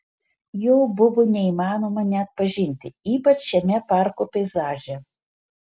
jo buvo neįmanoma neatpažinti ypač šiame parko peizaže